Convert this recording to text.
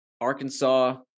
Arkansas